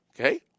okay